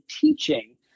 teaching